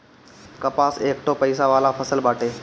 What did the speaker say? कपास एकठो पइसा वाला फसल बाटे